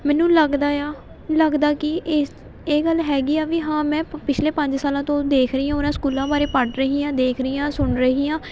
ਮੈਨੂੰ ਲੱਗਦਾ ਆ ਲੱਗਦਾ ਕਿ ਇਸ ਇਹ ਗੱਲ ਹੈਗੀ ਆ ਵੀ ਹਾਂ ਮੈਂ ਪ ਪਿਛਲੇ ਪੰਜ ਸਾਲਾਂ ਤੋਂ ਦੇਖ ਰਹੀ ਹਾਂ ਉਹਨਾਂ ਸਕੂਲਾਂ ਬਾਰੇ ਪੜ੍ਹ ਰਹੀ ਹਾਂ ਦੇਖ ਰਹੀ ਹਾਂ ਸੁਣ ਰਹੀ ਹਾਂ